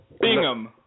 Bingham